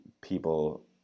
people